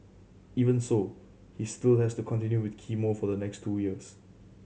even so he still has to continue with chemo for the next two years